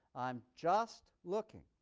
i'm just looking.